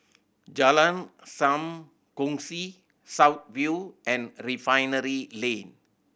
Jalan Sam Kongsi South View and Refinery Lane